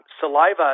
saliva